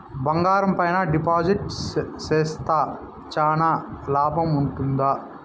బంగారం పైన డిపాజిట్లు సేస్తే చానా లాభం ఉంటుందా?